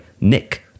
Nick